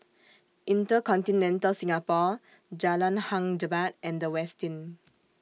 InterContinental Singapore Jalan Hang Jebat and The Westin